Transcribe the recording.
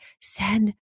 send